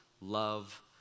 love